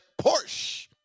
Porsche